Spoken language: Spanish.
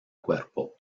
cuerpo